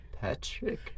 Patrick